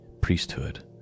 priesthood